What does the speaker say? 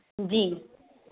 جی